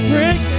Break